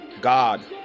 God